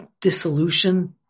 dissolution